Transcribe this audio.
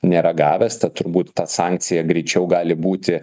nėra gavęs tad turbūt ta sankcija greičiau gali būti